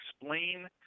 explain